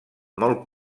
molt